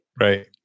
Right